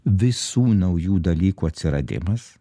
visų naujų dalykų atsiradimas